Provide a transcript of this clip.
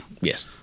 Yes